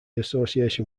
association